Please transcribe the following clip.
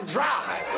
Drive